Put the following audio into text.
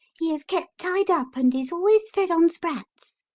he is kept tied up, and is always fed on sprats.